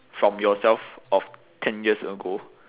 from yourself of ten years ago